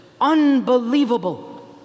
unbelievable